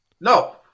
No